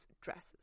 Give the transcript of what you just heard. dresses